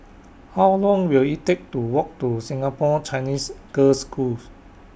How Long Will IT Take to Walk to Singapore Chinese Girls' Schools